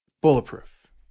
Bulletproof